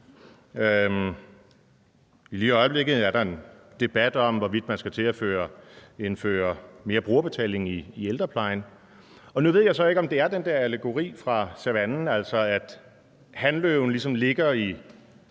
Lige i øjeblikket er der en debat om, hvorvidt man skal til at indføre mere brugerbetaling i ældreplejen, og nu ved jeg så ikke, om det er den der allegori fra savannen, der gør sig gældende, altså at hanløven ligesom ligger i